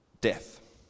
death